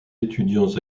étudiants